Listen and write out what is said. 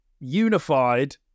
unified